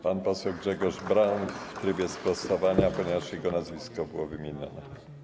Pan poseł Grzegorz Braun w trybie sprostowania, ponieważ jego nazwisko było wymienione.